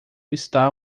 está